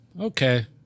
okay